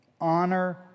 honor